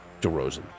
DeRozan